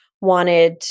wanted